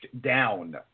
down